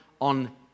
On